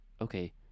Okay